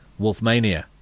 Wolfmania